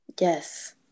Yes